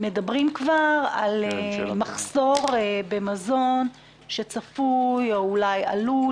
מדברים כבר על מחסור במזון שצפוי או עלול